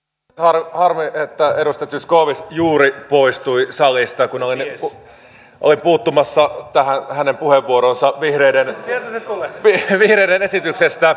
harmi että edustaja zyskowicz juuri poistui salista kun olin puuttumassa tähän hänen puheenvuoroonsa vihreiden esityksestä